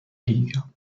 liga